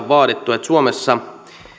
vaadittu että suomessa